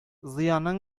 зыяның